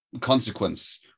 consequence